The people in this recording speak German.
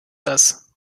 das